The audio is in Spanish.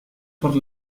por